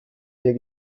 der